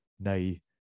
Nay